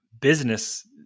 business